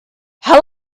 how